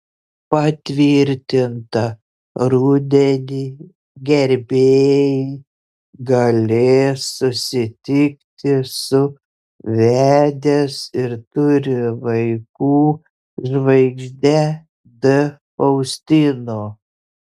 patvirtinta rudenį gerbėjai galės susitikti su vedęs ir turi vaikų žvaigžde d faustino